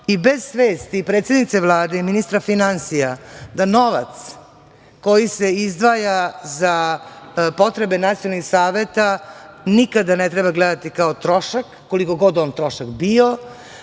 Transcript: i bez svesti i predsednice Vlade i ministra finansija da novac koji se izdvaja za potrebe nacionalnih saveta, nikada ne treba gledati kao trošak, koliko god on trošak bio,